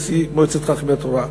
נשיא מועצת חכמי התורה."